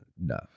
No